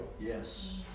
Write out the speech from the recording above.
Yes